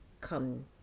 come